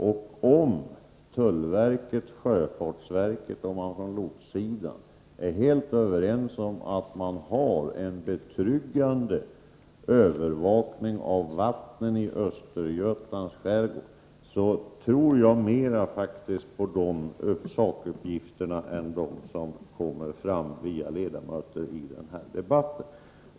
Och om tullverket, sjöfartsverket och företrädare för lotssidan är helt överens om att man har en betryggande övervakning av vattnen i Östergötlands skärgård, så tror jag faktiskt mer på de sakuppgifterna än på uppgifter som kommer fram via ledamöter i den här debatten.